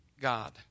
God